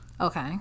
Okay